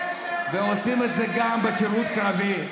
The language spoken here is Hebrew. יש, ועושים את זה גם בשירות קרבי,